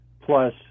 plus